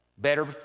better